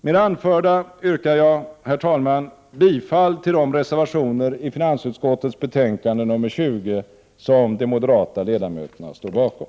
Med det anförda yrkar jag, herr talman, bifall till de reservationer i finansutskottets betänkande nr 20 som de moderata ledamöterna står bakom.